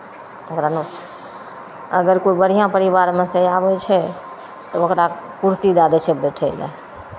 ओकरा लोग अगर कोइ बढ़िआँ परिवारमे सँ आबै छै तब ओकरा कुर्सी दए दै छै बैठय लेल